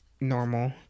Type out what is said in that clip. normal